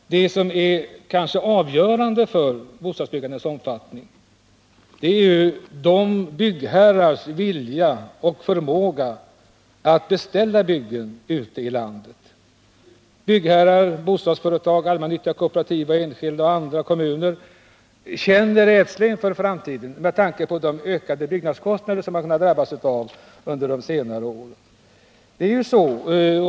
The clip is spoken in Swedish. Det som kanske är avgörande för bostadsbyggandets omfattning är byggherrarnas vilja och förmåga att beställa arbeten. Allmännyttiga, kooperativa och enskilda bostadsföretag liksom kommuner känner rädsla inför framtiden med tanke på de ökade byggnadskostnader som de drabbats av under de senare åren.